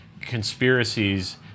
conspiracies